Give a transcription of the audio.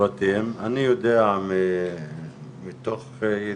אנחנו משתפים את זה עם כל הרשויות המקומיות